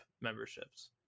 memberships